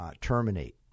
terminate